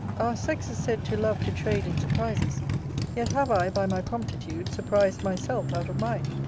sex is said to love to trade in surprises yet have i, by my promptitude, surprised myself out of mine.